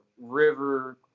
river